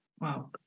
Wow